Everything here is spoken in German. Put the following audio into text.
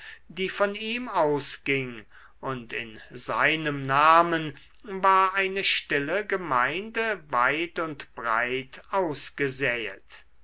die von ihm ausging und in seinem namen war eine stille gemeinde weit und breit ausgesäet